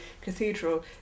cathedral